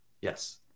Yes